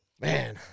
Man